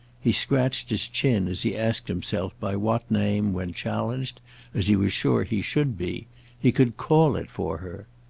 he scratched his chin as he asked himself by what name, when challenged as he was sure he should be he could call it for her.